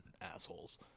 assholes